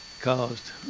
caused